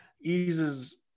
eases